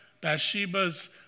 Bathsheba's